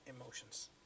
emotions